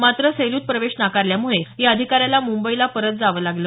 मात्र सेलूत प्रवेश नाकारल्यामुळं या अधिकाऱ्याला मुंबईला परत जावं लागलं